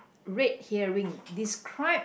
red herring describe